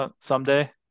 someday